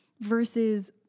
versus